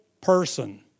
person